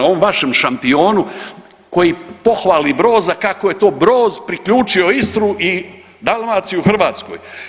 Ovom vašem šampionu koji pohvali Broza kako je to Broz priključio Istru i Dalmaciju Hrvatskoj.